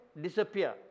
disappear